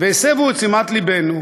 והסבו את תשומת לבנו